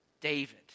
David